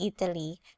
italy